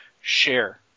share